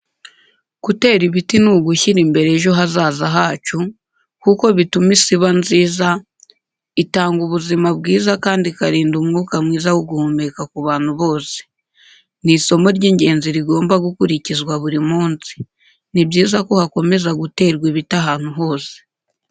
Gutera ibiti ni ugushyira imbere ejo hazaza hacu, kuko bituma isi iba nziza, itanga ubuzima bwiza kandi ikarinda umwuka mwiza wo guhumeka ku bantu bose. Ni isomo ry’ingenzi rigomba gukurikizwa buri munsi. Ni byiza ko hakomeza guterwa ibiti ahantu hose.